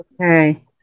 okay